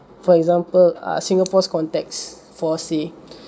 for example err singapore's context for say